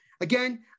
again